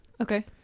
Okay